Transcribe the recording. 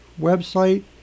website